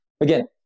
again